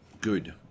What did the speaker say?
good